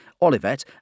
Olivette